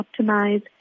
optimize